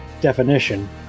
definition